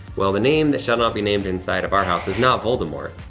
well, the name that shall not be named inside of our house is not voldemort,